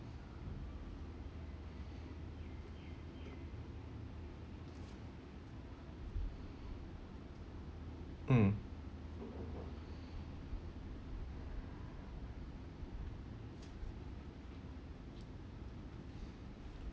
mm